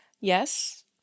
Yes